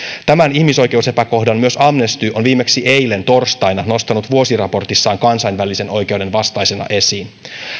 tämän ihmisoikeusepäkohdan myös amnesty on viimeksi eilen torstaina nostanut vuosiraportissaan kansainvälisen oikeuden vastaisena esiin